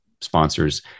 sponsors